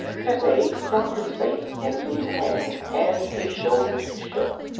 pepe dropped his face into his hands and his shoulders shook.